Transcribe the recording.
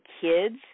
kids